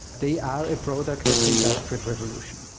they are a product of the industrial revolution.